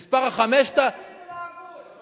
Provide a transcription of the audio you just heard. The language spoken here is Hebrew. המספר, צדק חברתי זה לעבוד.